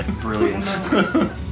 Brilliant